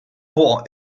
può